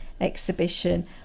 exhibition